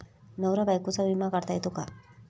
नवरा बायकोचा विमा काढता येतो का?